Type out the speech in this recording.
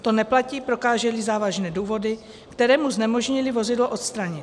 To neplatí, prokáželi závažné důvody, které mu znemožnily vozidlo odstranit.